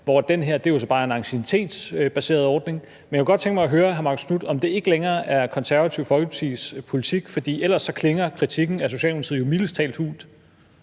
være her, mens den her jo bare er en anciennitetsbaseret ordning. Men jeg kunne godt tænke mig at høre hr. Marcus Knuth, om det ikke længere er Det Konservative Folkepartis politik, fordi ellers klinger kritikken af Socialdemokratiet jo mildest talt hult.